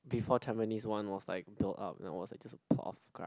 before Tampines One was like built up and it was like just a plot of grass